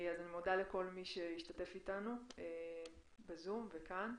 אני מודה לכל מי שהשתתף בדיון, בזום וכאן.